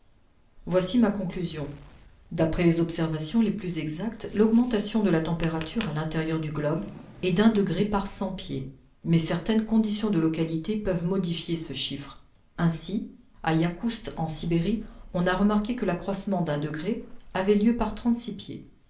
voici ma conclusion d'après les observations les plus exactes l'augmentation de la température à l'intérieur du globe est d'un degré par cent pieds mais certaines conditions de localité peuvent modifier ce chiffre ainsi à yakoust en sibérie on a remarqué que l'accroissement d'un degré avait lieu par trente-six pieds